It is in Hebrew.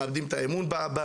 מאבדים את האמון בו,